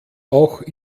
auch